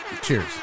Cheers